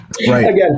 Again